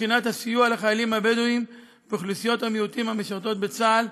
לבחינת הסיוע לחיילים הבדואים ואוכלוסיות המיעוטים המשרתות בצה"ל.